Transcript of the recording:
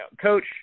Coach